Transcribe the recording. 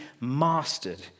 mastered